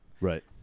Right